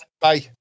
Bye